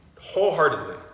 wholeheartedly